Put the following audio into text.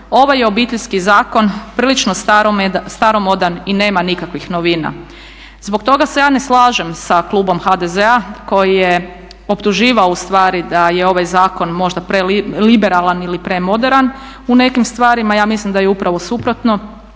ovaj Obiteljski zakon je prilično staromodan i nema nikakvih novina. Zbog toga se ja ne slažem sa klubom HDZ-a koji je optuživao ustvari da je ovaj zakon možda preliberalan ili premoderan u nekim stvarima, ja mislim da je upravo suprotno,